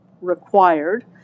required